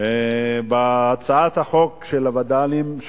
בהצעת החוק של הווד"לים,